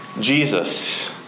Jesus